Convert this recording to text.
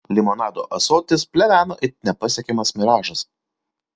limonado ąsotis pleveno it nepasiekiamas miražas